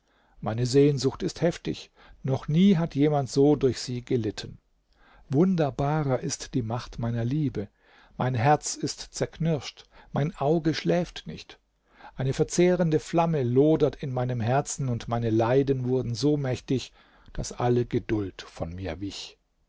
meine sehnsucht ist heftig noch nie hat jemand so durch sie gelitten wunderbarer ist die macht meiner liebe mein herz ist zerknirscht mein auge schläft nicht eine verzehrende flamme lodert in meinem herzen und meine leiden wurden so mächtig daß alle geduld von mir wich